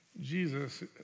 Jesus